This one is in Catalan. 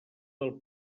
del